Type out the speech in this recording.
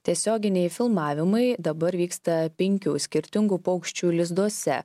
tiesioginiai filmavimai dabar vyksta penkių skirtingų paukščių lizduose